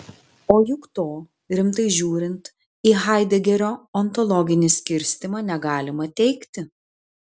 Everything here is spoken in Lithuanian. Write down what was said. o juk to rimtai žiūrint į haidegerio ontologinį skirstymą negalima teigti